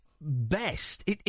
best